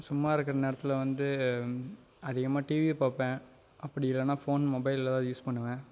சும்மா இருக்கிற நேரத்தில் வந்து அதிகமாக டிவி பார்ப்பேன் அப்படி இல்லைன்னா ஃபோன் மொபைல் எதா யூஸ் பண்ணுவேன்